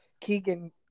Keegan